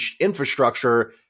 infrastructure